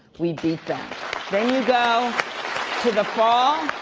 we beat then then you go to the fall,